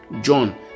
john